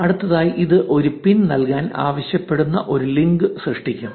അടുത്തതായി ഇത് ഒരു പിൻ നൽകാൻ ആവശ്യപ്പെടുന്ന ഒരു ലിങ്ക് സൃഷ്ടിക്കും